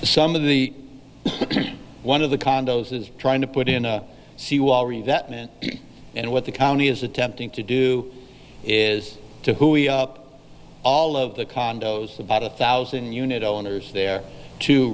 some of the one of the condos is trying to put in a seawall reinvestment and what the county is attempting to do is to whoi up all of the condos about a thousand unit owners there to